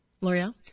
L'Oreal